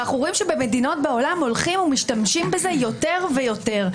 ואנחנו רואים שבמדינות בעולם הולכים ומשתמשים בזה יותר ויותר,